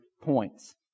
points